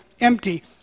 empty